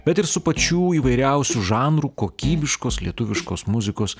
bet ir su pačių įvairiausių žanrų kokybiškos lietuviškos muzikos